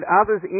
others